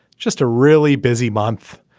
just a really busy month,